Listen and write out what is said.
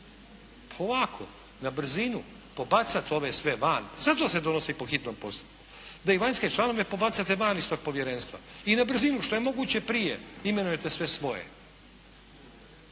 Ovako na brzinu pobacati ove sve van, zato se donosi po hitnom postupku, da i vanjske članove pobacate van iz tog povjerenstva i na brzinu što je moguće prije imenujete sve svoje.